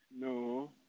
No